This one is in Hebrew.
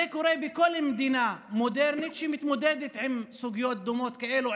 זה קורה בכל מדינה מודרנית שמתמודדת עם סוגיות דומות כאלה,